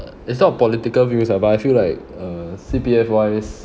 it's not political views ah but I feel like uh C_P_F wise